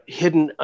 hidden